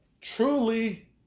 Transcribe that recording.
truly